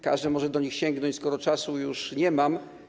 Każdy może do nich sięgnąć, skoro czasu już nie mam.